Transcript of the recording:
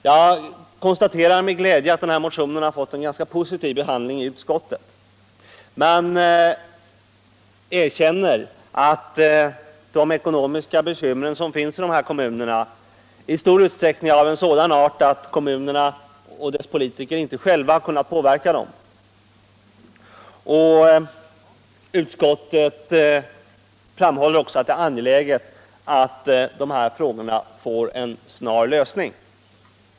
Jag konstaterar med glädje att denna motion har fått en ganska positiv behandling i utskottet. Man erkänner att de ekonomiska bekymmer som finns i dessa kommuner i stor utsträckning är av sådan art att kommunerna och deras politiker inte själva kunnat påverka dem. Utskottet framhåller också att det är angeläget att dessa frågor får en snar lösning.